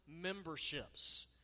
memberships